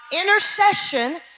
Intercession